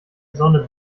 sonne